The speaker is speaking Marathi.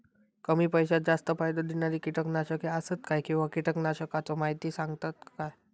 कमी पैशात जास्त फायदो दिणारी किटकनाशके आसत काय किंवा कीटकनाशकाचो माहिती सांगतात काय?